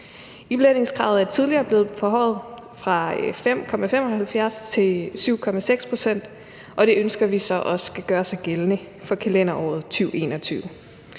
Iblandingskravet er tidligere blevet forhøjet fra 5,75 pct. til 7,6 pct., og det ønsker vi så også skal gøre sig gældende for kalenderåret 2021.